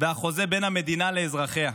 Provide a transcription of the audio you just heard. והחוזה בין המדינה לאזרחיה.